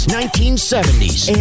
1970s